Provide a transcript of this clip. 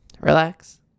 relax